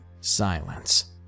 silence